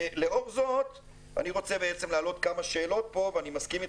לאור זאת אני רוצה להעלות כמה שאלות זאת ואני מסכים,